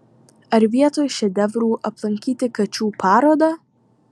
ar vietoj šedevrų aplankyti kačių parodą